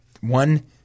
one